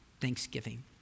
thanksgiving